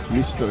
Mr